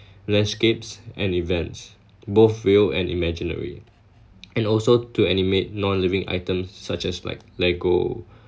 landscapes and events both real and imaginary and also to animate non-living items such as like Lego